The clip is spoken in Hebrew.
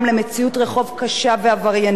מבצעים פתאום תפנית דרמטית,